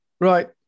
Right